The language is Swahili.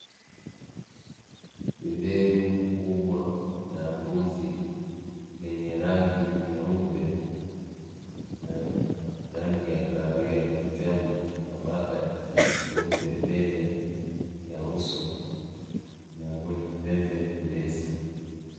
Beberu kubwa la mbuzi, lenye rangi nyeupe na rangi ya kahawia kichwani na baka mbele ya uso mwenye pembe ndefu.